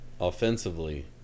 offensively